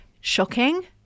Shocking